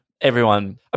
everyone-